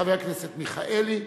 חבר הכנסת מיכאלי,